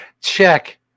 check